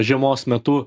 žiemos metu